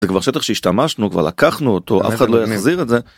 זה כבר שטח שהשתמשנו כבר לקחנו אותו אף אחד לא יחזיר את זה.